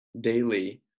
daily